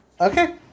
okay